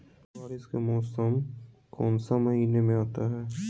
बारिस के मौसम कौन सी महीने में आता है?